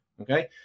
okay